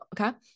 okay